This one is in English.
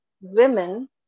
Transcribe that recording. women